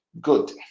Good